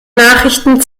nachrichten